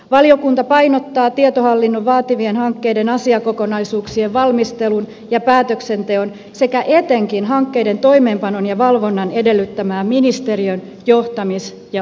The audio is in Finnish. valiokunta painottaa tietohallinnon vaativien hankkeiden asiakokonaisuuksien valmistelun ja päätöksenteon sekä etenkin hankkeiden toimeenpanon ja valvonnan edellyttämää ministeriön johtamis ja ohjausvastuuta